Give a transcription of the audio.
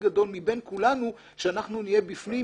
גדול מבין כולנו שאנחנו נהיה בפנים,